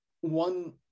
one